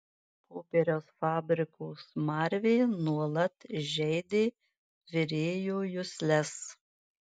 popieriaus fabriko smarvė nuolat žeidė virėjo jusles